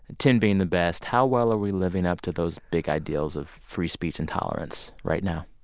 and ten being the best. how well are we living up to those big ideals of free speech and tolerance right now?